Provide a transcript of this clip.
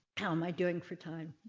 how my doing for time.